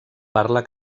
parla